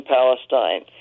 Palestine